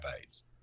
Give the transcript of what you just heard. aids